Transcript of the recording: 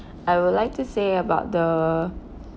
I would like to say about the